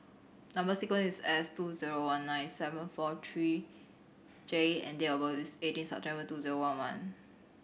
number sequence is S two zero one nine seven four three J and date of birth is eighteen September two zero one one